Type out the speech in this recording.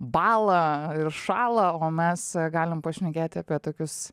bąla ir šąla o mes galim pašnekėt apie tokius